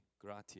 gratia